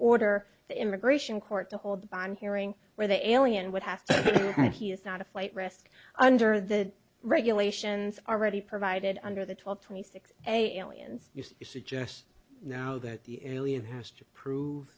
order the immigration court to hold the bond hearing where the alien would have to meet he is not a flight risk under the regulations already provided under the twelve twenty six a illions you suggest now that the alien has to prove